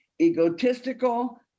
egotistical